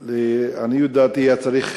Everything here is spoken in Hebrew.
ולעניות דעתי הוא היה צריך